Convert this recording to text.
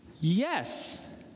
Yes